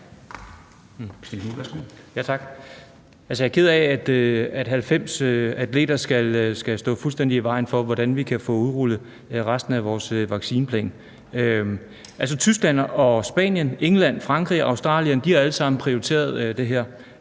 jeg er ked af, at 90 atleter skal stå fuldstændig i vejen for, hvordan vi kan få udrullet resten af vores vaccineplan. Tyskland, Spanien, England, Frankrig og Australien har alle sammen prioriteret det her.